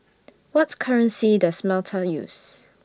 What currency Does Malta use